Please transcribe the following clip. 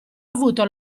avuto